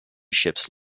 ships